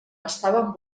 estaven